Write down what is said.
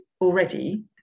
already